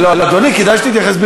מה זה משנה?